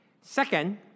Second